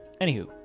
Anywho